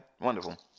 wonderful